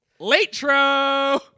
Latro